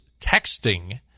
texting